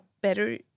better